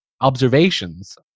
observations